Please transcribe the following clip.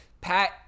Pat